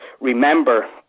remember